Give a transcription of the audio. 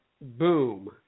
boom